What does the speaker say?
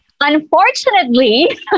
Unfortunately